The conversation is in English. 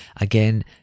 Again